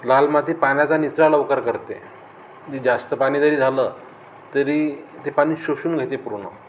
लाल माती पाण्याचा निचरा लवकर करते जास्त पाणी जरी झालं तरी ते पाणी शोषून घेते पूर्ण